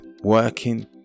working